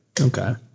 okay